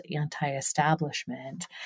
anti-establishment